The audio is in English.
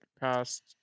past